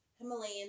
Himalayan